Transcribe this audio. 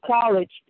College